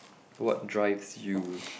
what drives you